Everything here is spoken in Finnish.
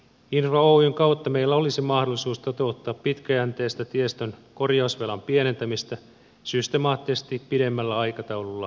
infra oyn kautta meillä olisi mahdollisuus toteuttaa pitkäjänteistä tiestön korjausvelan pienentämistä systemaattisesti pidemmällä aikataululla ja ohjelmalla